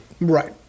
Right